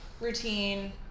routine